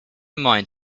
mind